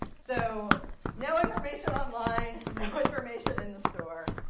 so no information online. no information in the store.